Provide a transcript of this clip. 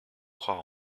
croire